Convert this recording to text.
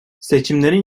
seçimlerin